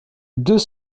deux